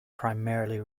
primarily